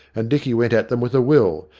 and dicky went at them with a will,